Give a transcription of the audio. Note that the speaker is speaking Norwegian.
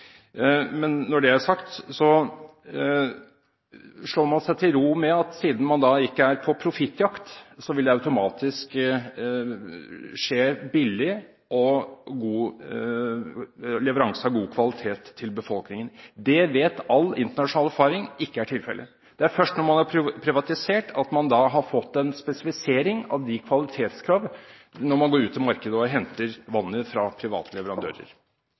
Men når det er sagt: Man slår seg til ro med at siden man ikke er på profittjakt, vil leveransen til befolkningen automatisk være billig og av god kvalitet. Det viser all internasjonal erfaring ikke er tilfellet. Det er først når man har privatisert at man har fått en spesifisering av kvalitetskravene når man går ut på markedet og henter vannet fra private leverandører.